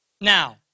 Now